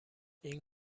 این